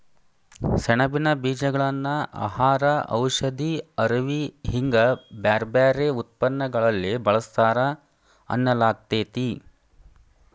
ಸೆಣಬಿನ ಬೇಜಗಳನ್ನ ಆಹಾರ, ಔಷಧಿ, ಅರವಿ ಹಿಂಗ ಬ್ಯಾರ್ಬ್ಯಾರೇ ಉತ್ಪನ್ನಗಳಲ್ಲಿ ಬಳಸ್ತಾರ ಅನ್ನಲಾಗ್ತೇತಿ